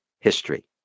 history